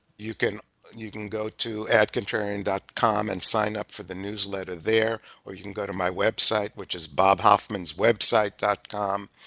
you can you can go to adcontrarian dot com and sign up for the newsletter there and you can go to my website, which is bobhoffmanswebsite dot com,